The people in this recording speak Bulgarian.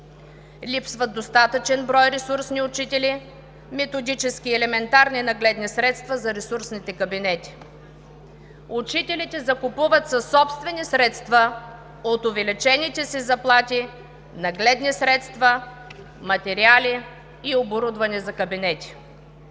Липсват достатъчен брой ресурсни учители, методически елементарни нагледни средства за ресурсните кабинети. Учителите закупуват със собствени средства от увеличените си заплати нагледни средства, материали и оборудване за кабинети.